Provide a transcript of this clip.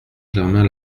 germain